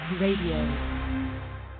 Radio